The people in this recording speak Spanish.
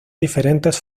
diferentes